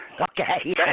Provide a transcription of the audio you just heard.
Okay